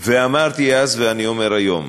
אמרתי אז ואני אומר היום